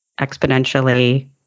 exponentially